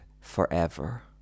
forever